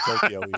Tokyo